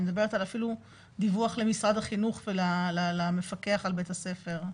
אני מדברת על אפילו דיווח למשרד החינוך ולמפקח על בית הספר.